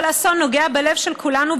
כל אסון נוגע בלב של כולנו,